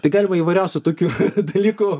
tai galima įvairiausių tokių dalykų